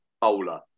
bowler